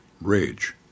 rage